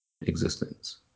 existence